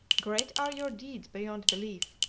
great are your deeds beyond belief,